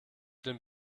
den